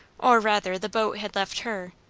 or rather the boat had left her,